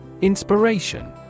Inspiration